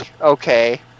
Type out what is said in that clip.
okay